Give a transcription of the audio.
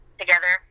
together